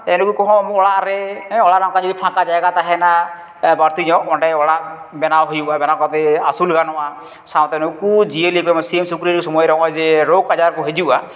ᱱᱩᱠᱩ ᱠᱚᱦᱚᱸ ᱚᱲᱟᱜ ᱨᱮ ᱦᱮᱸ ᱚᱲᱟᱜ ᱨᱮ ᱚᱱᱠᱟ ᱡᱩᱫᱤ ᱯᱷᱟᱸᱠᱟ ᱡᱟᱭᱜᱟ ᱛᱟᱦᱮᱱᱟ ᱵᱟᱹᱲᱛᱤ ᱧᱚᱜ ᱚᱸᱰᱮ ᱚᱲᱟᱜ ᱵᱮᱱᱟᱣ ᱦᱩᱭᱩᱜᱼᱟ ᱵᱮᱱᱟᱣ ᱠᱟᱛᱮᱫ ᱟᱹᱥᱩᱞ ᱜᱟᱱᱚᱜᱼᱟ ᱥᱟᱶᱛᱮ ᱱᱩᱠᱩ ᱡᱤᱭᱟᱹᱞᱤ ᱠᱚ ᱥᱤᱢ ᱥᱩᱠᱨᱤ ᱥᱚᱢᱚᱭᱨᱮ ᱱᱚᱜᱼᱚᱭ ᱡᱮ ᱨᱳᱜᱽ ᱟᱡᱟᱨ ᱠᱚ ᱦᱤᱡᱩᱜᱼᱟ